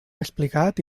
explicat